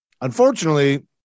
Unfortunately